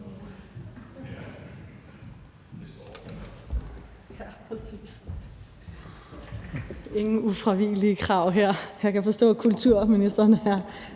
ingen ufravigelige krav her; jeg kan forstå, at kulturministeren er